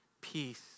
peace